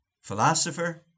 philosopher